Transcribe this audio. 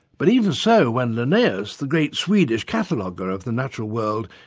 but even so, when linnaeus, the great swedish cataloguer of the natural world,